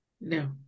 No